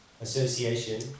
association